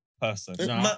person